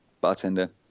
bartender